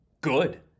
Good